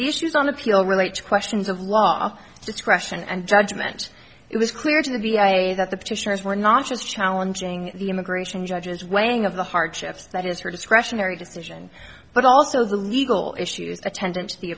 issues on appeal relate to questions of law discretion and judgment it was clear to the v a that the petitioners were not just challenging the immigration judge as weighing of the hardships that is her discretionary decision but also the legal issues attend